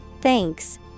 thanks